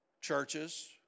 churches